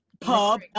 pub